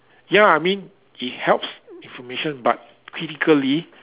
ya I mean it helps information but critically